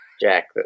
jack